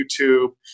YouTube